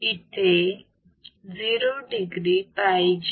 येथे phase 0 degree पाहिजे